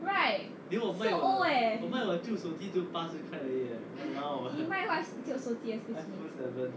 right so old leh 你卖 what 旧手机 excuse me